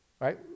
right